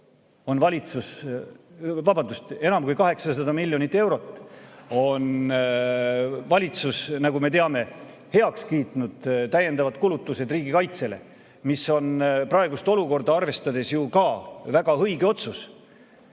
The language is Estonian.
mis oli ka väga õige. Enam kui 800 miljonit eurot on valitsus, nagu me teame, heaks kiitnud täiendavad kulutused riigikaitsele, mis on praegust olukorda arvestades ju ka väga õige otsus,